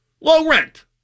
Low-rent